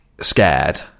scared